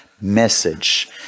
message